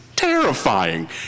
Terrifying